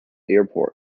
airport